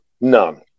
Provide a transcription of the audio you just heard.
none